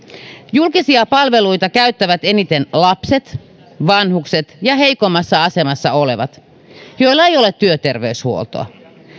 julkisia palveluita käyttävät eniten lapset vanhukset ja heikoimmassa asemassa olevat joilla ei ole työterveyshuoltoa